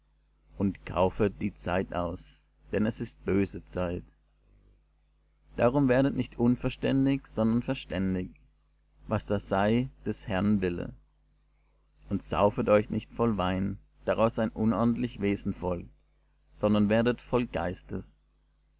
und kaufet die zeit aus denn es ist böse zeit darum werdet nicht unverständig sondern verständig was da sei des herrn wille und saufet euch nicht voll wein daraus ein unordentlich wesen folgt sondern werdet voll geistes